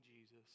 Jesus